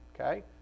Okay